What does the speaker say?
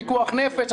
פיקוח נפש,